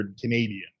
Canadian